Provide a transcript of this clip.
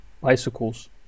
bicycles